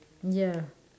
ya